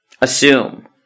assume